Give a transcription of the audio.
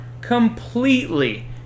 completely